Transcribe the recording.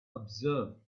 observe